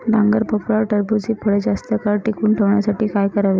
डांगर, भोपळा, टरबूज हि फळे जास्त काळ टिकवून ठेवण्यासाठी काय करावे?